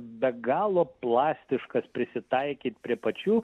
be galo plastiškas prisitaikyt prie pačių